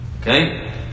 Okay